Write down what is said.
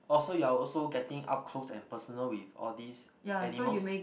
oh so you are also getting up close and personal with all these animals